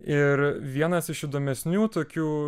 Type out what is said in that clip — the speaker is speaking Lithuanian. ir vienas iš įdomesnių tokių